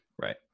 right